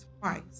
twice